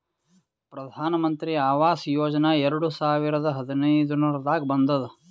ಪ್ರಧಾನ್ ಮಂತ್ರಿ ಆವಾಸ್ ಯೋಜನಾ ಎರಡು ಸಾವಿರದ ಹದಿನೈದುರ್ನಾಗ್ ಬಂದುದ್